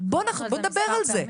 בואו נדבר על זה,